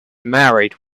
married